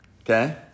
Okay